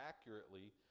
accurately